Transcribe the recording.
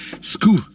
school